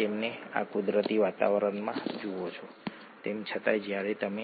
તેને ફોસ્ફોરાયલેશન કહેવામાં આવે છે